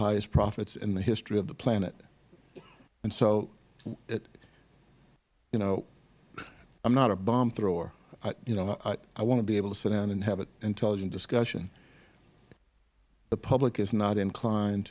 highest profits in the history of the planet and so you know i am not a bomb thrower you know i want to be able to sit down and have an intelligent discussion the public is not inclined